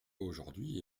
aujourd’hui